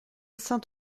saint